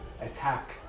attack